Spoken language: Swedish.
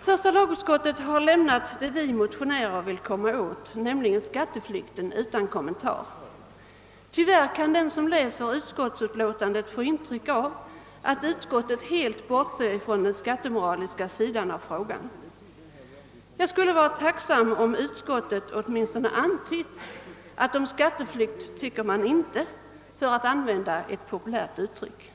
Första lagutskottet har lämnat frågan om skatteflykten — det som vi motionärer vill komma åt — utan kommentar. Tyvärr kan den som läser utskottsutlåtandet få ett intryck av att utskottet helt bortsett från den skattemoraliska sidan av frågan. Jag skulle ha varit tacksam om utskottet åtminstone antytt, att »om skatteflykt tycker man inte» — för att använda ett populärt uttryck.